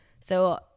So-